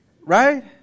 Right